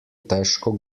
težko